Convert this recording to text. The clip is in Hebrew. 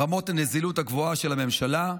רמות הנזילות הגבוהות של הממשלה,